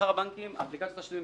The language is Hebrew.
מחר אפליקציות התשלומים,